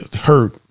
hurt